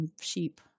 sheep